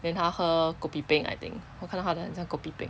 then 他喝 kopi peng I think 我看到他的很像 kopi peng